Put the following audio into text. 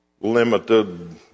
limited